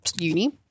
uni